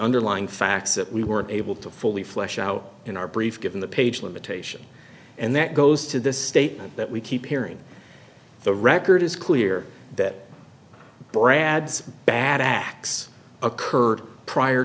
underlying facts that we weren't able to fully flesh out in our brief given the page limitation and that goes to the statement that we keep hearing the record is clear that brad's bad acts occurred prior